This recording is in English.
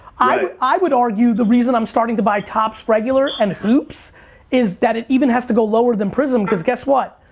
i i would argue, the reason i'm starting to buy topps regular and hoops is that it even has to go lower than prizm cause guess what?